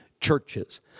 churches